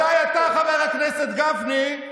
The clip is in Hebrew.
מתי אתה, חבר הכנסת גפני,